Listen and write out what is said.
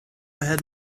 ahead